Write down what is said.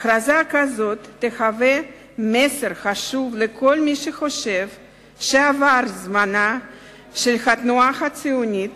הכרזה כזאת תהיה מסר חשוב לכל מי שחושב שעבר זמנה של התנועה הציונית